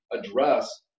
address